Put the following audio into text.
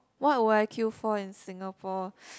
what would I queue for in Singapore